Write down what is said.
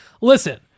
listen